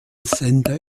sender